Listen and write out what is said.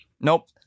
Nope